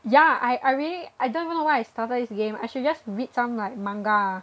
ya I I really I don't even know why I started this game I should just read some like manga